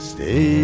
Stay